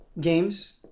games